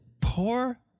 Poor